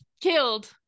killed